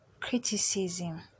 criticism